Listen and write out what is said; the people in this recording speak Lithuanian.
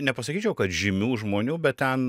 nepasakyčiau kad žymių žmonių bet ten